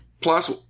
Plus